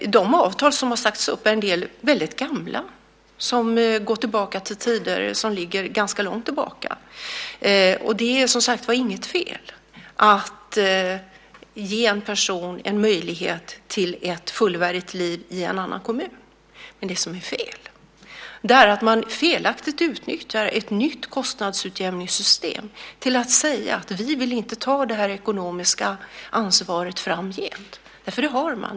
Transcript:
En del av de avtal som sagts upp är väldigt gamla. De går ganska långt tillbaka i tiden. Det är, som sagt, inget fel att ge en person möjlighet till ett fullvärdigt liv i en annan kommun. Det som däremot är fel är att man felaktigt utnyttjar ett nytt kostnadsutjämningssystem genom att säga att man inte vill ta det ekonomiska ansvaret framgent. Det ansvaret har man.